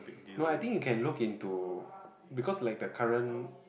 no I think you can look into because like the current